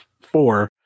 four